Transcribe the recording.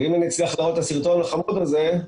אם אני אצליח להראות את הסרטון החמוד הזה,